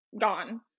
gone